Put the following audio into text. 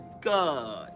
God